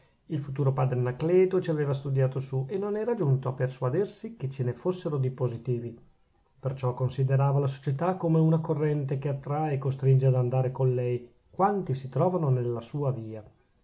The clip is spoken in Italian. il futuro padre anacleto ci aveva studiato su e non era giunto a persuadersi che ce ne fossero di positivi perciò considerava la società come una corrente che attrae e costringe ad andare con lei quanti si trovano nella sua via